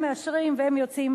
הם מאשרים והם יוצאים